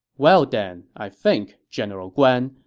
well then, i think, general guan,